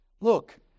Look